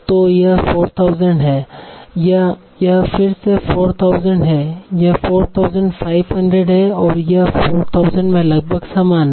तो यह 4000 है यह फिर से 4000 है यह 4500 है और यह 4000 में लगभग समान हैं